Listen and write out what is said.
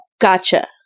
Gotcha